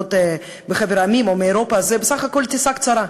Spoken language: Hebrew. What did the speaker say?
המדינות או מאירופה זו בסך הכול טיסה קצרה.